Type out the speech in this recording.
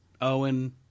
Owen